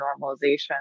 normalization